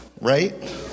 Right